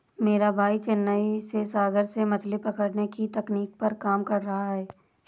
मेरा भाई चेन्नई में सागर से मछली पकड़ने की तकनीक पर काम कर रहा है